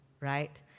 right